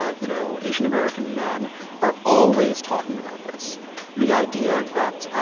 ah you know, asian american men are always talking about this the idea that,